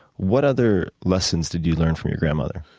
what other lessons did you learn from your grandmother?